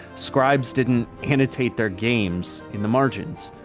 scribes didn't annotate their games in the margins.